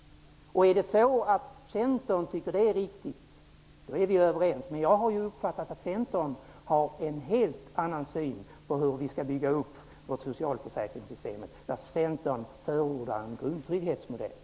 Om Centern tycker att det är riktigt, då är vi överens. Jag har emellertid uppfattat att Centern har en helt annan syn på hur vi skall bygga upp vårt socialförsäkringssystem, att Centern förordar en grundtrygghetsmodell.